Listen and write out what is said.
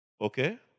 Okay